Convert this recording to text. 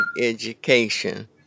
education